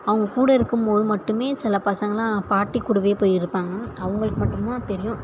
அவங்க கூட இருக்கும் போது மட்டுமே சில பசங்களெலாம் பாட்டி கூடவே போய் இருப்பாங்க அவங்களுக்கு மட்டும்தான் தெரியும்